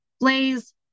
Blaze